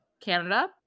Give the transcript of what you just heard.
Canada